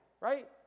right